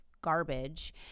garbage